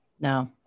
no